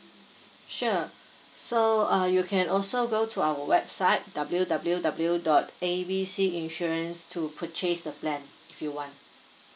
sure so uh you can also go to our website W W W dot A B C insurance to purchase the plan if you want